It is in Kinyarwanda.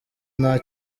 nta